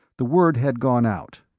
the word had gone out.